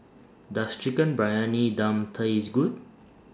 Does Chicken Briyani Dum Taste Good